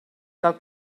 del